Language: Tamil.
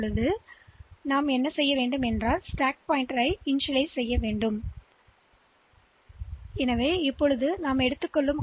எனவே நாம் என்ன செய்ய வேண்டும் என்பது இந்த அடுக்கு சுட்டிக்காட்டிகடைசியாக மிகதுவக்கப்படும் முகவரி வரம்பில்உயர்ந்த முகவரியுடன்